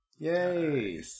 Yay